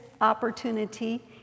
opportunity